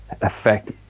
effect